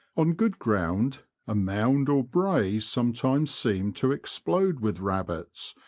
on good ground a mound or brae sometimes seemed to explode with rabbits,